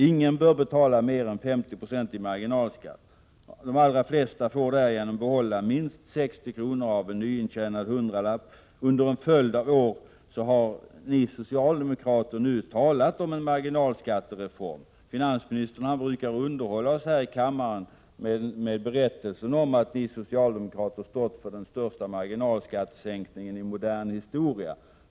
Ingen bör betala mer än 50 96 i marginalskatt. De allra flesta får därigenom behålla minst 60 kr. av en nyintjänad hundralapp. Under en följd av år har ni socialdemokrater talat om en marginalskattereform. Finansministern brukar underhålla oss här i kammaren med berättelsen om att ni socialdemokrater stått för den största marginalskattesänkningen i modern historia.